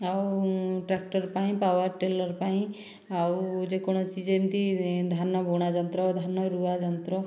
ଆଉ ଟ୍ରାକ୍ଟର ପାଇଁ power tiller ପାଇଁ ଆଉ ଯେକୌଣସି ଯେମିତି ଧାନ ବୁଣା ଯନ୍ତ୍ର ଧାନ ରୁଆ ଯନ୍ତ୍ର